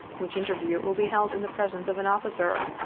which interview will be held in the presence of an officer,